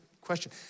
question